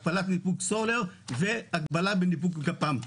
הגבלת ניפוק סולר והגבלה בניפוק גפ"מ.